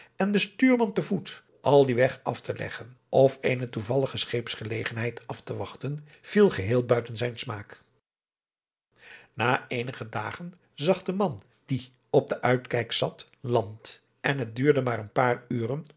en den stuurman te voet al dien weg af te leggen of eene toevallige scheepsgelegenheid af te wachten viel geheel buiten zijn smaak na eenige dagen zag de man die op den uitkijk zat land en het duurde maar een paar uren